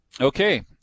Okay